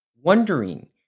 wondering